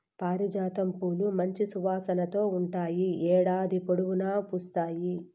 పారిజాతం పూలు మంచి సువాసనతో ఉంటాయి, ఏడాది పొడవునా పూస్తాయి